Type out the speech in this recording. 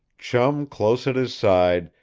chum close at his side,